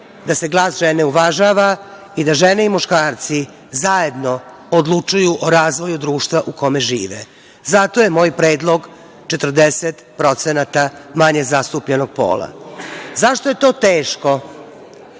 da se glas žene uvažava i da žene i muškarci zajedno odlučuju o razvoju društva u kome žive. Zato je moj predlog 40% manje zastupljenog pola.Zašto je to teško?